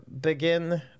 begin